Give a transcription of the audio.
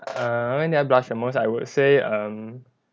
err when did I blush the most I would say um